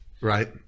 right